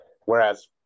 whereas